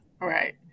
Right